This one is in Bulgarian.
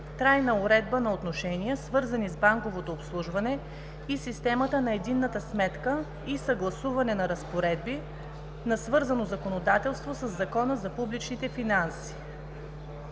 трайна уредба на отношения, свързани с банковото обслужване и системата на единната сметка и съгласуване на разпоредби на свързано законодателство със Закона за публичните финанси.